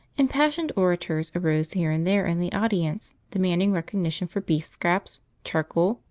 impassioned orators arose here and there in the audience demanding recognition for beef scraps, charcoal,